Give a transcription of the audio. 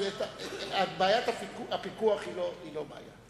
בעיית הפיקוח היא לא בעיה.